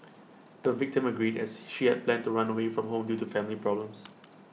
the victim agreed as she had planned to run away from home due to family problems